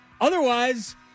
Otherwise